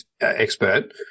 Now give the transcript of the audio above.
expert